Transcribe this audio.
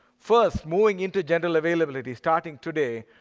first, moving into general availability, starting today,